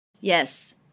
yes